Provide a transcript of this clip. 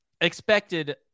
expected –